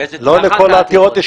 לא לכל העתירות.